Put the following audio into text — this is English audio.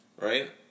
right